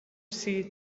see